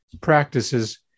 practices